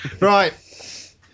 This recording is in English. Right